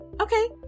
okay